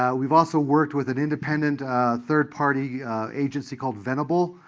yeah we've also worked with an independent third-party agency called venable.